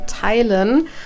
teilen